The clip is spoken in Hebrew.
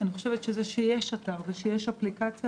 אני חושבת שזה שיש אתר ויש אפליקציה